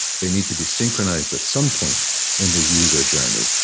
they need to be synchronized at some point in the user journey.